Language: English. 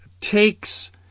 takes